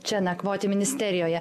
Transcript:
čia nakvoti ministerijoje